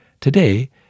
Today